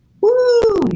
Woo